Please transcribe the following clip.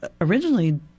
originally